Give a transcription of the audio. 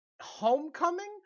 homecoming